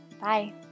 Bye